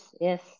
yes